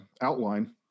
outline